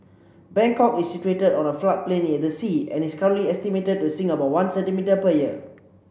Bangkok is situated on a floodplain near the sea and is currently estimated to sink about one centimetre per year